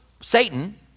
Satan